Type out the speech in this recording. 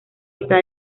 esta